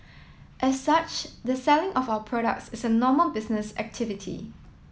as such the selling of our products is a normal business activity